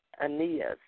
Aeneas